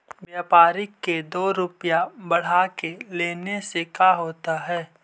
व्यापारिक के दो रूपया बढ़ा के लेने से का होता है?